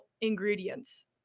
ingredients